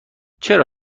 چرا